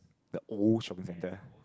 the old shopping centre